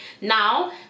Now